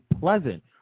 Pleasant